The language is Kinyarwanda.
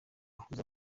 uhuza